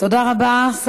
תודה רבה.